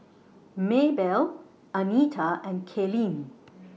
Maebelle Anita and Kaylene